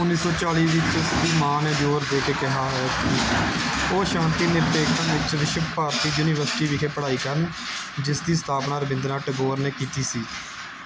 ਉੱਨੀ ਸੌ ਚਾਲ੍ਹੀ ਵਿੱਚ ਉਸ ਦੀ ਮਾਂ ਨੇ ਜ਼ੋਰ ਦੇ ਕੇ ਕਿਹਾ ਕਿ ਉਹ ਸ਼ਾਂਤੀਨਿਕੇਤਨ ਵਿੱਚ ਵਿਸ਼ਵ ਭਾਰਤੀ ਯੂਨੀਵਰਸਿਟੀ ਵਿਖੇ ਪੜ੍ਹਾਈ ਕਰਨ ਜਿਸ ਦੀ ਸਥਾਪਨਾ ਰਾਬਿੰਦਰਨਾਥ ਟੈਗੋਰ ਨੇ ਕੀਤੀ ਸੀ